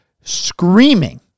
screaming